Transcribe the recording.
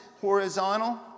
horizontal